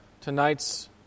tonight's